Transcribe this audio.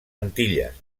antilles